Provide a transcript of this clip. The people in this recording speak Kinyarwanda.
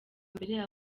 mbere